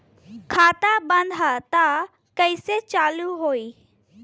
खाता बंद ह तब कईसे चालू होई?